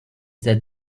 that